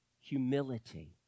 humility